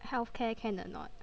healthcare can or not